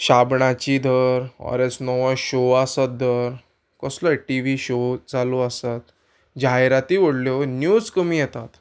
शाबणाची धर or else नोवो show आसत धर कसलोय टी व्ही शो चालू आसात जायराती व्हडल्यो न्यूज कमी येतात